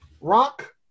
Rock